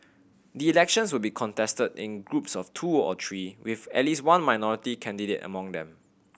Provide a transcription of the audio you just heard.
the elections would be contested in groups of two or three with at least one minority candidate among them